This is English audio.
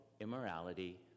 immorality